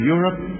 Europe